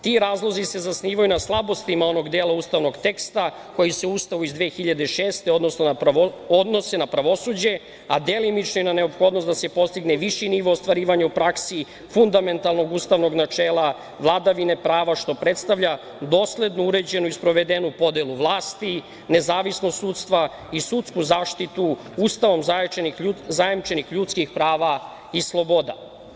Ti razlozi se zasnivaju na slabostima onog dela ustavnog teksta koji se u Ustavu iz 2006. godine odnose na pravosuđe, a delimično i na neophodnost da se postigne viši nivo ostvarivanja u praksi, fundamentalnog ustavnog načela vladavine prava, što predstavlja dosledno uređenu i sprovedenu podelu vlasti, nezavisnost sudstva i sudsku zaštitu Ustavom zajamčenih ljudskih prava i sloboda.